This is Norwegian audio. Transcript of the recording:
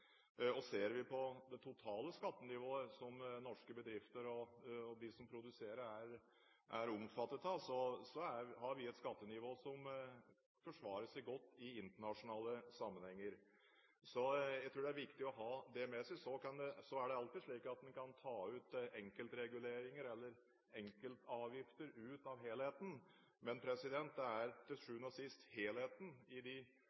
Ser vi på det totale skattenivået som norske bedrifter og de som produserer, er omfattet av, har vi et skattenivå som forsvarer seg godt i internasjonale sammenhenger. Så jeg tror det er viktig å ha det med seg. Så er det alltid slik at en kan ta enkeltreguleringer eller enkeltavgifter ut av helheten, men det er til sjuende og siste helheten i de